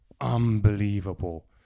unbelievable